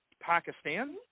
pakistan